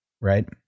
Right